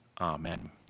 amen